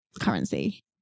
currency